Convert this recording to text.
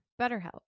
BetterHelp